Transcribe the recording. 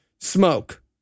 smoke